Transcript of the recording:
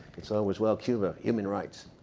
it's always, well, cuba, human rights.